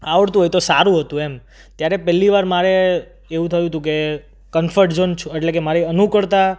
આવડતું હોય તો સારું હતું એમ ત્યારે પહેલી વાર મારે એવું થયું હતું કે કમ્ફર્ટ ઝોન એટલે કે મારી અનુકૂળતા